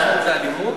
הראשון זה אלימות?